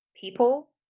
people